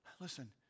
listen